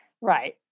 right